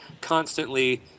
constantly